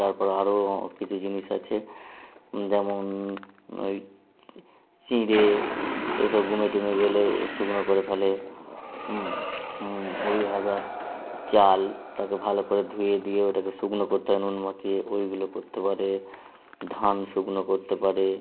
তারপর আরও কিছু জিনিস আছে যেমন ওই চিঁড়ে এসব গুমে টুমে গেলে শুকনো করে ফেলে মুড়ি ভাজার চাল তাকে ভালো করে ধুয়ে দিয়ে ওটাকে শুকনো করতে হয় নুন মাখিয়ে ওইগুলো করতে পারে ধান শুকনো করতে পারে